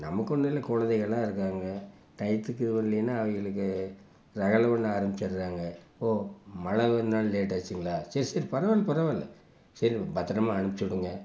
நமக்கு ஒன்னும் இல்லை குலந்தைகள்லாம் இருக்காங்கள் டைத்துக்கு இதுப் பண்ணலின்னா அவங்களுக்கு ரகளைப் பண்ண ஆரமிச்சிடுறாங்க ஓ மழை பேயறதனால லேட் ஆச்சிங்களா சரி சரி பரவாயில்ல பரவாயில்ல சரி பத்தரமாக அனுப்பிச்சுடுங்க